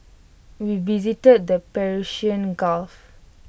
we visited the Persian gulf